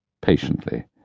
patiently